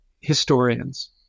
historians